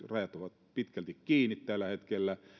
rajat ovat vielä nyt pitkälti kiinni tällä hetkellä